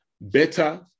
better